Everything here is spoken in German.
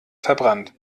verbrannt